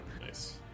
Nice